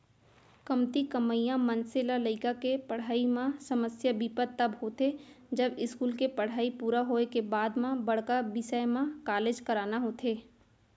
कमती कमइया मनसे ल लइका के पड़हई म समस्या बिपत तब होथे जब इस्कूल के पड़हई पूरा होए के बाद म बड़का बिसय म कॉलेज कराना होथे